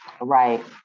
Right